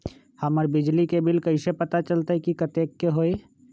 हमर बिजली के बिल कैसे पता चलतै की कतेइक के होई?